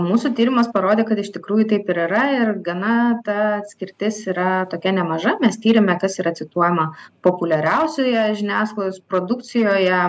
mūsų tyrimas parodė kad iš tikrųjų taip yra ir gana ir ta atskirtis yra tokia nemaža mes tyrėme kas yra cituojama populiariausioje žiniasklaidos produkcijoje